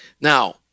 Now